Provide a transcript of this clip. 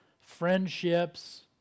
friendships